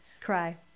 cry